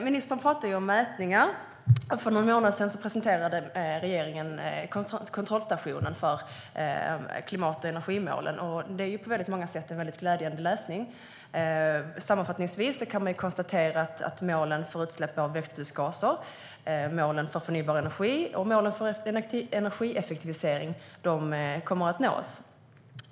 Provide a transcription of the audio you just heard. Ministern pratade om mätningar. För någon månad sedan presenterade regeringen kontrollstationen för klimat och energimålen. Det är på många sätt en glädjande läsning. Sammanfattningsvis kan det konstateras att målen för utsläpp av växthusgaser, målen för förnybar energi och målen för energieffektivisering kommer att nås.